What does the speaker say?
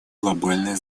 глобальное